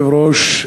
אדוני היושב-ראש.